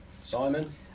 Simon